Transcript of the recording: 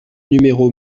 numéro